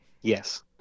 Yes